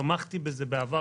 תמכתי בזה בעבר,